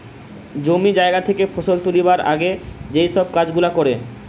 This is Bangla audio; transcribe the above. জমি জায়গা থেকে ফসল তুলবার আগে যেই সব কাজ গুলা করে